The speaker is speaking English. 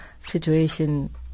situation